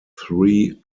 three